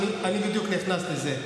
אני בדיוק נכנס לזה.